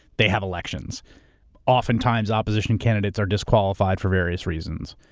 they have elections oftentimes, opposition candidates are disqualified for various reasons.